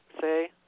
say